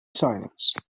silence